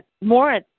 More